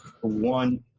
one